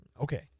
Okay